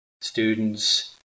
students